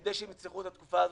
כדי שהם יצלחו את התקופה הזאת.